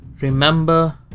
Remember